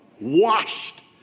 Washed